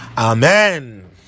amen